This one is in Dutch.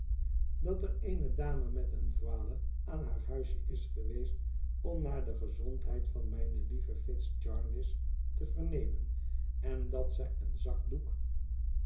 dat er eene dame met eene voile aan haar huisje is geweest om naar de gezondheid van mijne lieve fitz jarndyce te vernemen en dat zij een zakdoek